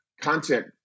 content